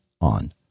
on